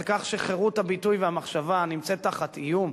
על כך שחירות הביטוי והמחשבה נמצאת תחת איום?